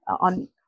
on